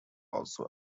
also